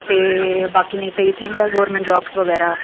ते नेईं तां बाकी इत्थें गै गौरमेंट जॉब बगैरा